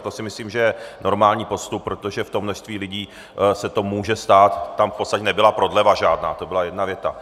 To si myslím, že je normální postup, protože v tom množství lidí se to může stát, tam v podstatě nebyla prodleva žádná, to byla jedna věta.